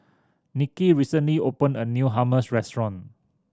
Nikki recently opened a new Hummus Restaurant